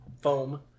foam